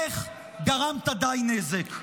לך, גרמת די נזק.